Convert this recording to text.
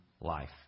life